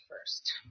first